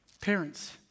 parents